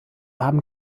haben